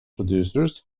producers